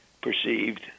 perceived